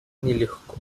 нелегко